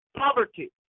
poverty